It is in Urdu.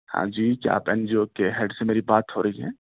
ہاں جی کیا آپ این جی او کے ہیڈ سے میری بات ہو رہی ہے